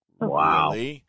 wow